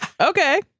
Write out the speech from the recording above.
Okay